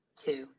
two